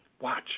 Watch